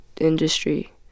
industry